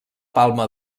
palma